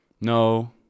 No